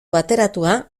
bateratua